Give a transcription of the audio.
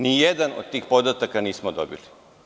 Nijedan od tih podataka nismo dobili.